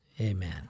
Amen